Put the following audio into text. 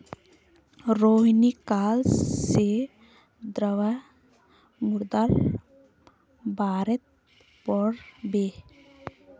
रोहिणी काल से द्रव्य मुद्रार बारेत पढ़बे